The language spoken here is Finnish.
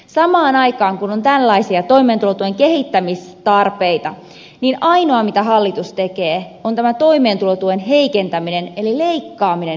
samaan aikaan kun on tällaisia toimeentulotuen kehittämistarpeita niin ainoa mitä hallitus tekee on tämä toimeentulotuen heikentäminen eli leikkaaminen nuorilta